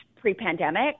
pre-pandemic